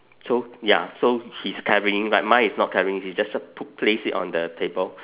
so ya so he's carrying like mine is not carrying he just put place it on the table